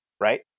right